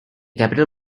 capital